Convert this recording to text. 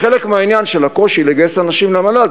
חלק מהעניין של הקושי לגייס אנשים למל"ל זה